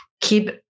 keep